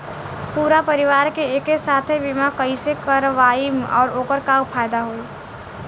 पूरा परिवार के एके साथे बीमा कईसे करवाएम और ओकर का फायदा होई?